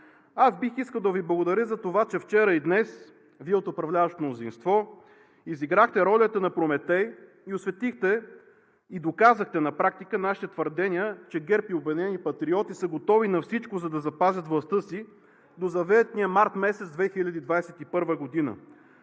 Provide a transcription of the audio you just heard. Аз бих искал да Ви благодаря за това, че вчера и днес Вие от управляващото мнозинство изиграхте ролята на Прометей и осветихте и доказахте на практика нашите твърдения, че ГЕРБ и „Обединени патриоти“ са готови на всичко, за да запазят властта си до заветния месец март 2021 г.,